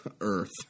Earth